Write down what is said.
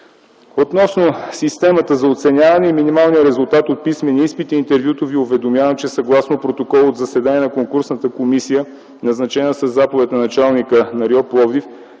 Относно системата за оценяване и минималния резултат от писмения изпит и интервюто Ви уведомявам, че съгласно протокол от заседание на конкурсната комисия, назначена със заповед на началника на РИО – Пловдив,